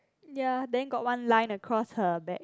ya then got one line across her back